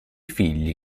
figli